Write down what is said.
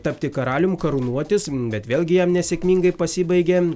tapti karalium karūnuotis bet vėlgi jam nesėkmingai pasibaigė